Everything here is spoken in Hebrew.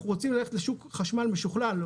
אנחנו רוצים ללכת לשוק חשמל משוכלל,